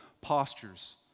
postures